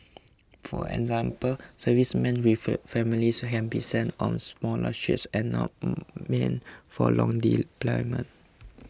for example servicemen with families can be sent on smaller ships and not meant for long deployments